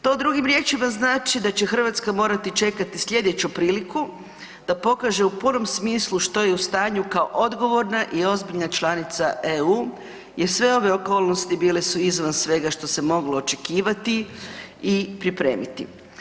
To drugim riječima znači da će Hrvatska morati čekati slijedeću priliku da pokaže u punom smislu što je u stanju kao odgovorna i ozbiljna članica EU jer sve ove okolnosti bile su izvan svega što se moglo očekivati i pripremiti.